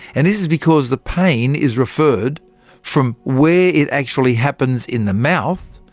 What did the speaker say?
and this is because the pain is referred from where it actually happens in the mouth,